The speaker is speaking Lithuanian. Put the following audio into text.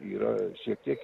yra šiek tiek